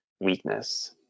weakness